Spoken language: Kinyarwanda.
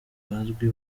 bazwi